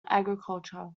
agriculture